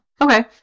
okay